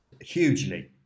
Hugely